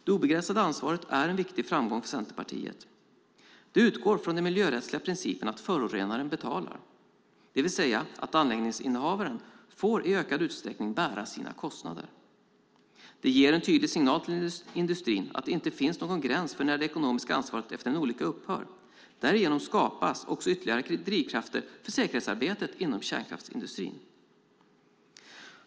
Det obegränsade ansvaret är en viktig framgång för Centerpartiet. Det utgår från den miljörättsliga principen att förorenaren betalar, det vill säga att anläggningshavaren i ökad utsträckning får bära sina kostnader. Det ger en tydlig signal till industrin att det inte finns någon gräns för när det ekonomiska ansvaret efter en olycka upphör. Därigenom skapas också ytterligare drivkrafter för säkerhetsarbetet inom kärnkraftsindustrin.